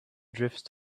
drifts